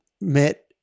met